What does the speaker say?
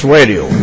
Radio